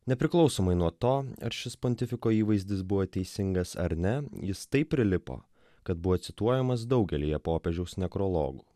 nepriklausomai nuo to ar šis pontifiko įvaizdis buvo teisingas ar ne jis taip prilipo kad buvo cituojamas daugelyje popiežiaus nekrologų